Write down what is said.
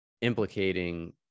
implicating